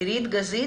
עירית גזית